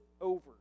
over